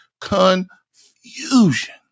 confusion